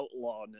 outlawness